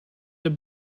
the